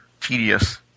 tedious